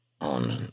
on